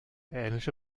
ähnliche